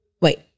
wait